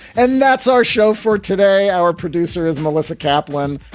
and that's our show for today. our producer is melissa kaplan.